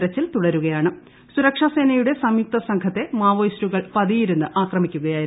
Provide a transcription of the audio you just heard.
തെരച്ചിൽ സുരക്ഷാസേനയുടെ സംയുക്ത സംഘത്തെ മാവോയിസ്റ്റുകൾ പതിയിരുന്ന് ആക്രമിക്കുകയായിരുന്നു